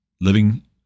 living